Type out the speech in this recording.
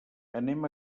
anem